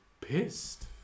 pissed